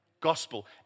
gospel